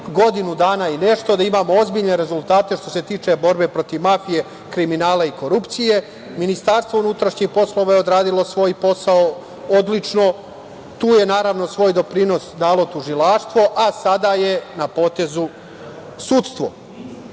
godinu dana i nešto da imamo ozbiljne rezultate što se tiče borbe protiv mafije, kriminala i korupcije. Ministarstvo unutrašnjih poslova je odradilo svoj posao odlično. Tu je naravno svoj doprinos dalo tužilaštvo, a sada je na potezu sudstvo. Voleo